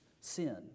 Sin